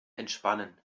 entspannen